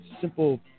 simple